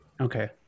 Okay